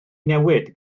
newid